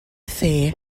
dde